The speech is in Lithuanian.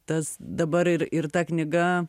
tas dabar ir ir ta knyga